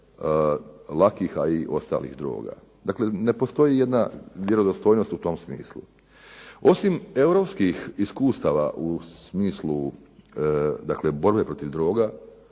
lakih, a i ostalih droga. Dakle, ne postoji jedna vjerodostojnost u tom smislu. Osim europskih iskustava u smislu borbe protiv droga,